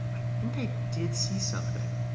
i think i did see something,